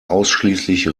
ausschließlich